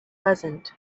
pleasant